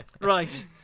Right